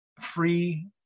free